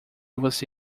você